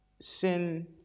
sin